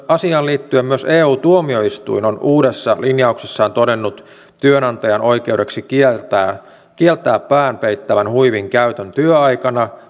asiaan liittyen myös eu tuomioistuin on uudessa linjauksessaan todennut työnantajan oikeudeksi kieltää kieltää pään peittävän huivin käytön työaikana